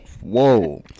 Whoa